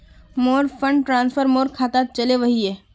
मोर fund transfer मोर खातात चले वहिये